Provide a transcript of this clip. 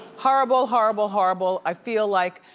horrible, horrible, horrible. i feel like